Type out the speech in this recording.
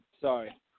Sorry